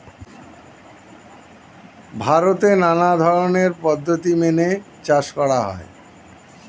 ভারতে নানা ধরনের পদ্ধতি মেনে চাষ করা হয়